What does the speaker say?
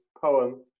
poem